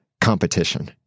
competition